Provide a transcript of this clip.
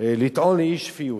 לטעון לאי-שפיות.